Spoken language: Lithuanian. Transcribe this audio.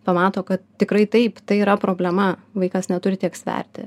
pamato kad tikrai taip tai yra problema vaikas neturi tiek sverti